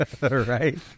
Right